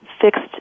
fixed